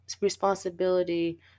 responsibility